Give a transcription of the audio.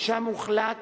ושם הוחלט